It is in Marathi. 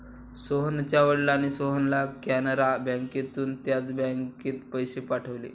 सोहनच्या वडिलांनी सोहनला कॅनरा बँकेतून त्याच बँकेत पैसे पाठवले